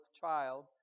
child